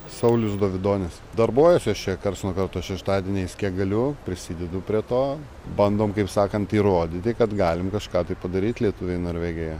saulius dovidonis darbuojasi aš čia karts nuo karto šeštadieniais kiek galiu prisidedu prie to bandom kaip sakant įrodyti kad galim kažką tai padaryt lietuviai norvegijoje